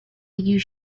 you